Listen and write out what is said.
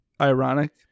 ironic